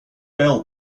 bell